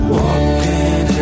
walking